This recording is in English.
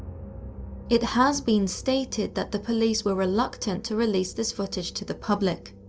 it has been stated that the police were reluctant to release this footage to the public.